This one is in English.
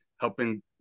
helping